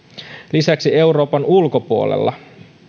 lisäksi euroopan ulkopuolella